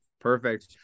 perfect